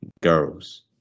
girls